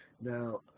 Now